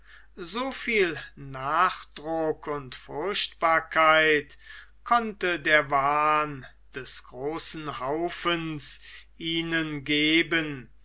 so viel nachdruck und furchtbarkeit konnte der wahn des großen haufens ihnen geben